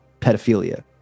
pedophilia